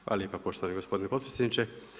Hvala lijepa poštovani gospodine potpredsjedniče.